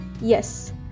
Yes